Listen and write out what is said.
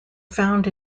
found